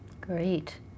Great